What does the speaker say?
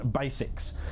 basics